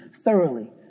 thoroughly